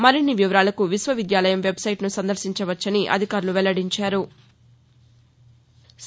మరిన్ని వివరాలకు విశ్వవిద్యాలయం వెబ్సైట్ను సందర్భించవచ్చని అధికారులు వెల్లడించారు